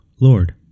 Lord